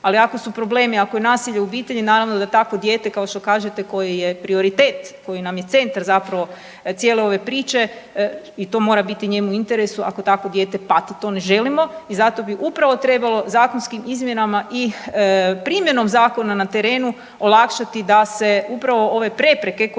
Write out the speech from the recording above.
ali ako su problemi, ako je nasilje u obitelji naravno da takvo dijete kao što kažete koje je prioritet, koje nam je centar cijele ove priče i to mora biti njemu u interesu ako tako dijete pati. To ne želimo i zato bi upravo trebalo zakonskim izmjenama i primjenom zakona na terenu olakšati da se upravo ove prepreke koje